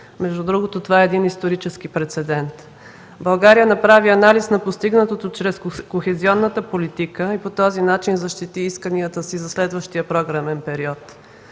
Между другото това е един исторически прецедент. България направи анализ на постигнатото чрез кохезионната политика и по този начин защити исканията си за следващия програмен период.